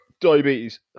Diabetes